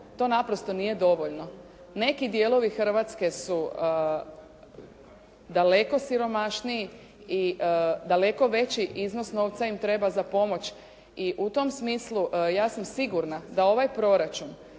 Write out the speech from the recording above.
to naprosto nije dovoljno. Neki dijelovi Hrvatske su daleko siromašniji i daleko veći iznos novca im treba za pomoć i u tom smislu ja sam sigurna da ovaj proračun